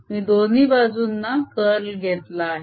मी दोन्ही बाजूंना कर्ल घेतला आहे